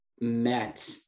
met